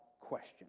question